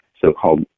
so-called